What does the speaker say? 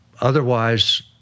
Otherwise